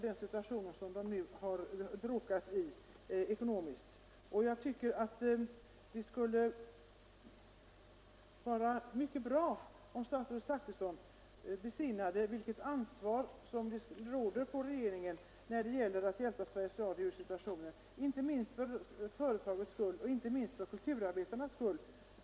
Det skulle vara bra om statsrådet Zachrisson besinnade vilket ansvar som vilar på regeringen när det gäller att hjälpa Sveriges Radio både för företagets och för kulturarbetarnas skull.